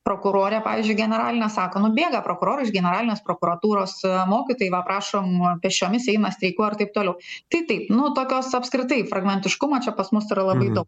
prokurorė pavyzdžiui generalinė sako nu bėga prokurorai iš generalinės prokuratūros mokytojai va prašom pėsčiomis eina steiku ar taip toliau tai taip nu tokios apskritai fragmentiškumo čia pas yra labai dau